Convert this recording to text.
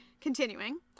Continuing